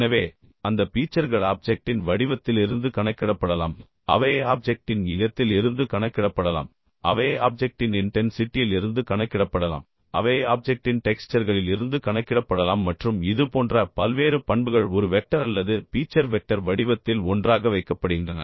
எனவே அந்த பீச்சர்கள் ஆப்ஜெக்ட்டின் வடிவத்திலிருந்து கணக்கிடப்படலாம் அவை ஆப்ஜெக்ட்டின் நிறத்திலிருந்து கணக்கிடப்படலாம் அவை ஆப்ஜெக்ட்டின் இன்டென்சிட்டியிலிருந்து கணக்கிடப்படலாம் அவை ஆப்ஜெக்ட்டின் டெக்ஸ்ச்சர்களிலிருந்து கணக்கிடப்படலாம் மற்றும் இதுபோன்ற பல்வேறு பண்புகள் ஒரு வெக்டர் அல்லது பீச்சர் வெக்டர் வடிவத்தில் ஒன்றாக வைக்கப்படுகின்றன